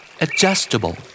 Adjustable